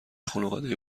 خونواده